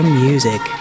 music